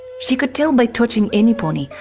she could tell by touching any pony,